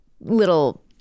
little